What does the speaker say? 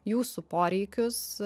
jūsų poreikius